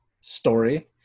story